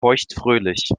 feuchtfröhlich